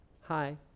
hi